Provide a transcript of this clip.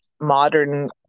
modern